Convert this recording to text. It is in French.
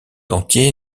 entier